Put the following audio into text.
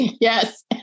Yes